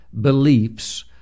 beliefs